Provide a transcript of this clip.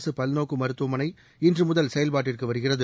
அரசுபல்நோக்குமருத்துவமனை இன்றுமுதல் செயல்பாட்டிற்குவருகிறது